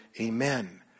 Amen